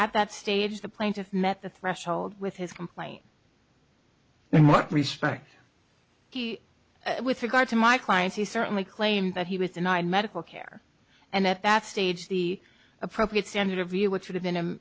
at that stage the plaintiff met the threshold with his complaint in what respect with regard to my clients he certainly claimed that he was denied medical care and at that stage the appropriate standard of view which would have been